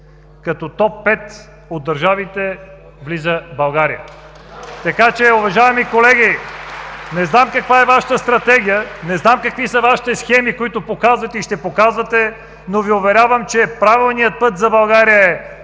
(Ръкопляскания от ГЕРБ.) Така че, уважаеми колеги, не знам каква е Вашата стратегия, не знам какви са Вашите схеми, които показвате и ще показвате, но Ви уверявам, че правилният път за България е